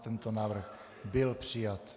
Tento návrh byl přijat.